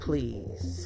Please